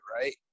right